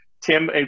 Tim